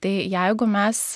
tai jeigu mes